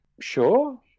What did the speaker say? Sure